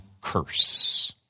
curse